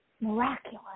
Miraculous